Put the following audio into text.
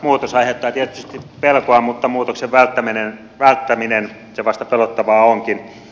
muutos aiheuttaa tietysti pelkoa mutta muutoksen välttäminen se vasta pelottavaa onkin